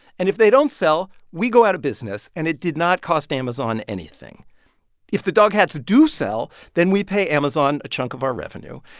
and if they don't sell, we go out of business, and it did not cost amazon anything if the dog hats do sell, then we pay amazon a chunk of our revenue.